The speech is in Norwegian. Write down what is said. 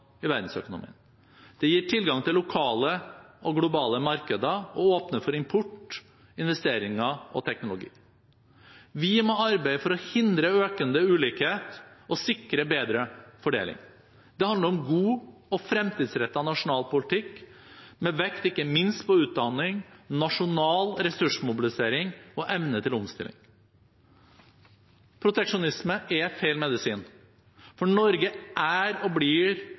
i verdensøkonomien. Det gir tilgang til lokale og globale markeder og åpner for import, investeringer og teknologi. Vi må arbeide for å hindre økende ulikhet og sikre bedre fordeling. Det handler om god og fremtidsrettet nasjonal politikk, med vekt ikke minst på utdanning, nasjonal ressursmobilisering og evne til omstilling. Proteksjonisme er feil medisin. For Norge er og blir